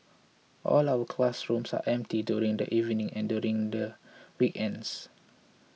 all our school classrooms are empty during the evenings and during the weekends